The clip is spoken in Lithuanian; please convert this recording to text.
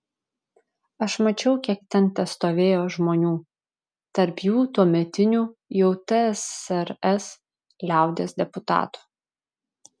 aš mačiau kiek ten testovėjo žmonių tarp jų tuometinių jau tsrs liaudies deputatų